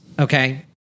Okay